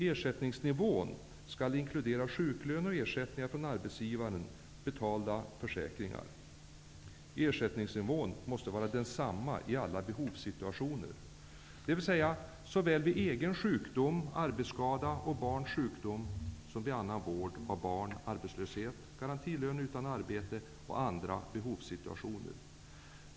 Ersättningsnivån skall inkludera sjuklön och ersättningar från av arbetsgivaren betalda försäkringar. Ersättningsnivån måste vara densamma i alla behovssituationer, dvs. såväl vid egen sjukdom, arbetsskada och barns sjukdom som vid annan vård av barn, arbetslöshet, garantilön utan arbete, beredskapsarbete och andra behovssituationer.